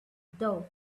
though